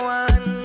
one